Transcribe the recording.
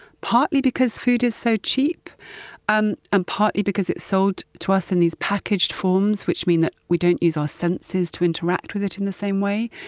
partly because food is so cheap and um partly because it's sold to us in these packaged forms, which means that we don't use our senses to interact with it in the same way,